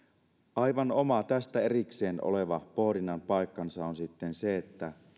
aivan oma tästä erikseen oleva pohdinnan paikkansa on sitten se että työnteko